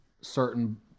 certain